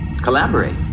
collaborate